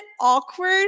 awkward